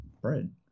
bread